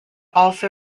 also